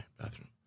bathroom